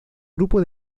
grupo